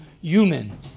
human